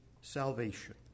salvation